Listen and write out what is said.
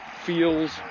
feels